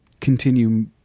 Continue